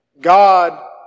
God